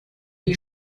die